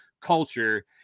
culture